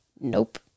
Nope